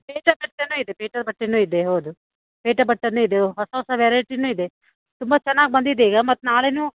metre ಬಟ್ಟೆನೂ ಇದೆ metre ಬಟ್ಟೆನೂ ಇದೆ ಹೌದು ಮೀಟರ್ ಬಟ್ಟೆಯೂ ಇದೆ ಹೊಸ ಹೊಸ ವೆರೈಟಿನೂ ಇದೆ ತುಂಬ ಚೆನ್ನಾಗಿ ಬಂದಿದೆ ಈಗ ಮತ್ತು ನಾಳೆಯೂ